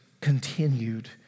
continued